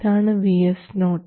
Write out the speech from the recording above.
ഇതാണ് VS0